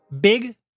big